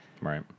right